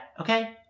okay